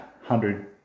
hundred